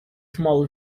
small